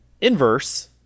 inverse